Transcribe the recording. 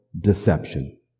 deception